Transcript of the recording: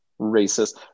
racist